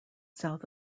south